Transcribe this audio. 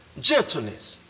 gentleness